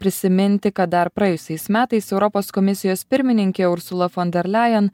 prisiminti kad dar praėjusiais metais europos komisijos pirmininkė ursula von der leyen